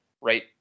right